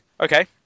Okay